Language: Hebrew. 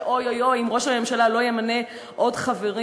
שאוי-אוי-אוי אם ראש הממשלה לא ימנה עוד חברים.